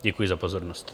Děkuji za pozornost.